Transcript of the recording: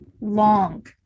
long